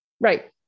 Right